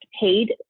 paid